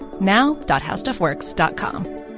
now.howstuffworks.com